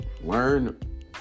learn